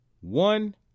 one